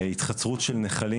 התחצרות של נחלים,